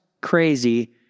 crazy